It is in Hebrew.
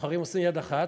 סוחרים עושים יד אחת,